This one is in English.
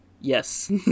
yes